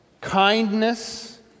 kindness